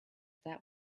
that